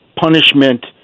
punishment